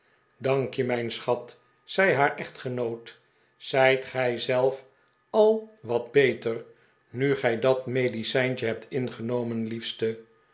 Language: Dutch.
dank je mijn schat zei haar echtgenoot zijt gij zelf al wat beter nu gij dat medicijntje hebt ingenomen liefste